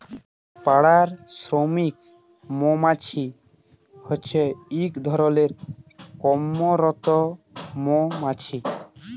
পাড়া শ্রমিক মমাছি হছে ইক ধরলের কম্মরত মমাছি